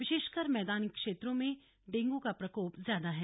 विशेषकर मैदानी क्षेत्रों में डेंगू का प्रकोप ज्यादा है